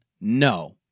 no